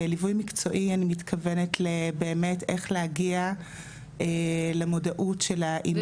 בליווי מקצועי אני מתכוונת לבאמת איך להגיע למודעות של האימהות.